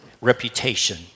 reputation